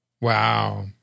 Wow